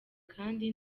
kandi